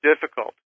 difficult